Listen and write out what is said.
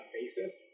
basis